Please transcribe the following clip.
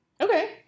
Okay